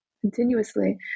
continuously